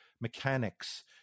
mechanics